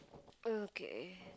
okay